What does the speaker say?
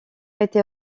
été